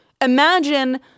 Imagine